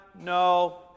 no